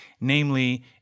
namely